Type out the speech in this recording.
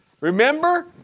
Remember